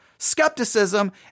skepticism